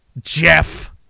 Jeff